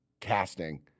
casting